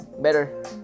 better